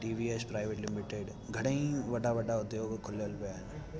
T V S private limited घणेई वॾा वॾा उध्योग खुलियल आहिनि